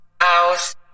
house